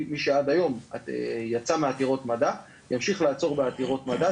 מי שעד היום יצא בעתירות מדע ימשיך לעצור בעתירות מדע.